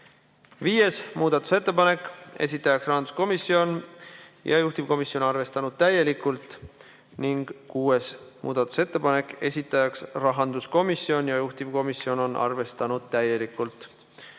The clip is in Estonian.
Viies muudatusettepanek, esitaja on rahanduskomisjon ja juhtivkomisjon on seda arvestanud täielikult. Ning kuues muudatusettepanek, esitaja on rahanduskomisjon ja juhtivkomisjon on arvestanud seda täielikult.